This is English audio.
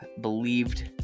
believed